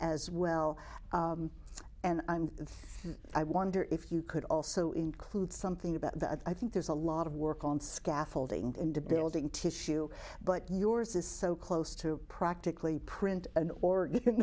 as well and i wonder if you could also include something about that i think there's a lot of work on scaffolding into building tissue but yours is so close to practically print and or